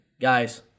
guys